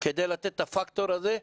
כדי לתת את הפקטור הזה,